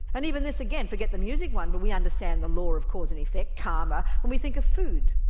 and even this again, forget the music one but we understand the law of cause and effect, karma, when we think of food.